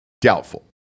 Doubtful